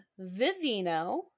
Vivino